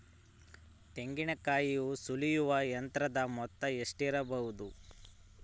ತೆಂಗಿನಕಾಯಿ ಸುಲಿಯುವ ಯಂತ್ರದ ಮೊತ್ತ ಎಷ್ಟಿರಬಹುದು?